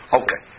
okay